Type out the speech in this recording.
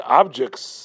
objects